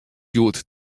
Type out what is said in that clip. hjoed